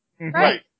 Right